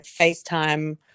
FaceTime